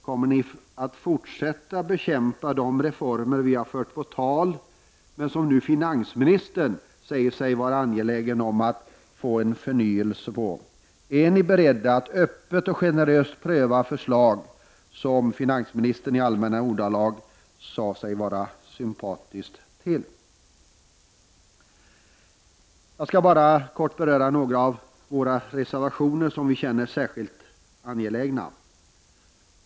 Kommer ni att fortsätta bekämpa de reformer som vi har fört på tal men som finansministern nu säger sig vara angelägen om att få en förnyelse av? Är ni beredda att öppet och generöst pröva förslag, som finansministern i allmänna ordalag sade sig vara positivt inställd till? Jag skall kort beröra några av våra reservationer som vi tycker är särskilt angelägna.